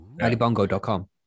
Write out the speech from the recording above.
Alibongo.com